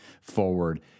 forward